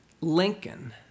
Lincoln